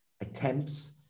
attempts